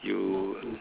you